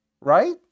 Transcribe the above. right